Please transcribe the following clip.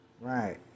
Right